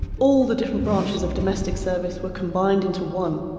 all the difference branches of domestic service were combined into one,